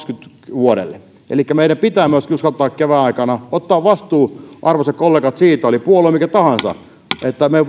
vuodelle kaksikymmentä elikkä meidän pitää myöskin uskaltaa kevään aikana ottaa vastuu arvoisat kollegat siitä oli puolue mikä tahansa että me